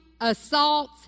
assaults